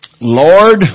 Lord